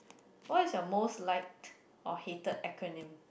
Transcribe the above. what is your most liked or hated acronym